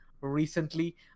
recently